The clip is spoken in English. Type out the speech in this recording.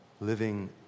living